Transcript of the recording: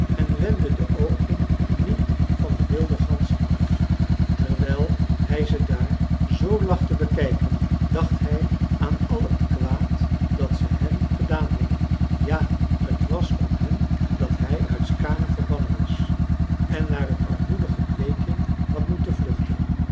en wendde de oogen niet van de wilde ganzen af terwijl hij ze daar zoo lag te bekijken dacht hij aan al het kwaad dat ze hem gedaan hadden ja t was om hen dat hij uit skaane verbannen was en naar t armoedige bleking had moeten vluchten